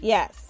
Yes